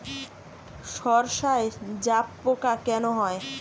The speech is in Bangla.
সর্ষায় জাবপোকা কেন হয়?